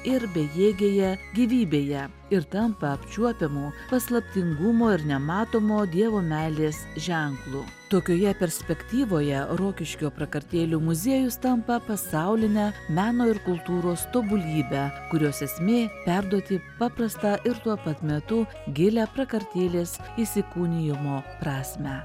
ir bejėgėje gyvybėje ir tampa apčiuopiamu paslaptingumo ir nematomo dievo meilės ženklu tokioje perspektyvoje rokiškio prakartėlių muziejus tampa pasauline meno ir kultūros tobulybe kurios esmė perduoti paprastą ir tuo pat metu gilią prakartėlės įsikūnijimo prasmę